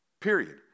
Period